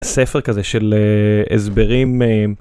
ספר כזה של הסברים...